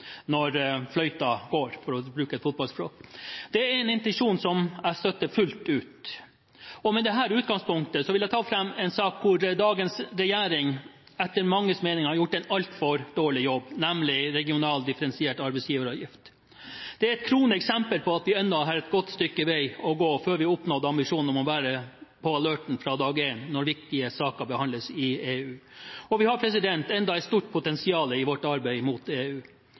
når fløyta går – for å bruke fotballspråk. Det er en intensjon som jeg støtter fullt ut, og med dette utgangspunktet vil jeg ta fram en sak hvor dagens regjering etter manges mening har gjort en altfor dårlig jobb, nemlig regionalt differensiert arbeidsgiveravgift. Det er et kroneksempel på at vi ennå har et godt stykke vei å gå før vi har oppnådd ambisjonen om å være på «alerten» fra dag 1 når viktige saker behandles i EU. Vi har ennå et stort potensial i vårt arbeid mot EU.